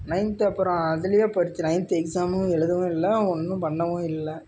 ninth அப்புறம் அதுலேயே படித்தேன் நைன்த் எக்ஸாம் எழுதவும் இல்லை ஒன்னும் பண்ணவும் இல்லை